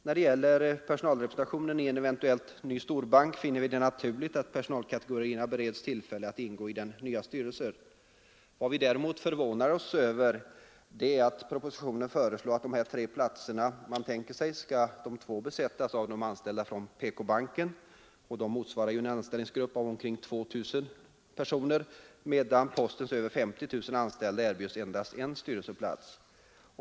När det gäller personalrepresentationen i en eventuellt ny storbank finner vi det naturligt att personalkategorierna bereds tillfälle att ingå i den nya styrelsen. Vad man däremot är förvånad över, det är att propositionen föreslår att av de tre tänkta platserna skall två besättas av anställda från PK-banken — som motsvarar en anställningsgrupp av omkring 2 000 — medan postens över 50 000 anställda erbjuds endast en styrelseplats.